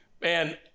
man